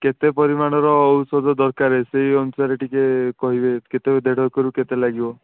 କେତେ ପରିମାଣର ଔଷଧ ଦରକାର ସେହି ଅନୁସାରେ ଟିକେ କହିବେ କେତେ ଦେଢ଼ ଏକରକୁ କେତେ ଲାଗିବ